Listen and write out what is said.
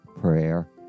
prayer